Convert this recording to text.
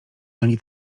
ani